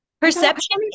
perception